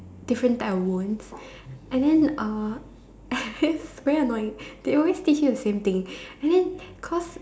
different type of wounds and then uh and it's very annoying they always teach you the same thing and then cause